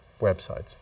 websites